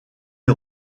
les